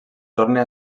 torna